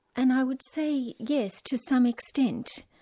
and i would say yes, to some extent.